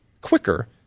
quicker